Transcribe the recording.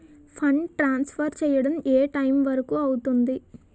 Fund transfer చేయడం ఏ time వరుకు అవుతుంది?